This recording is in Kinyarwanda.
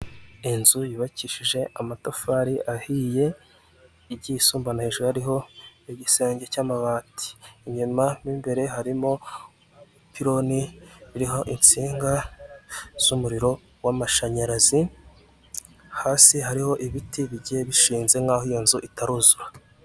Inzu yubakishijwe amatafari ahiye, igiye isumbana, hejuru hari igisenge cy'amabati. Inyuma mo imbere harimo ibipironi biriho insinga z'umuriro w'amashanyarazi. Hasi hariho ibiti bishinze nk'aho iyo nzu itari yuzura.